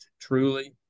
truly